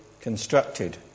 constructed